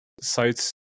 sites